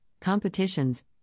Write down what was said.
competitions